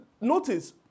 notice